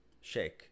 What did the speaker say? shake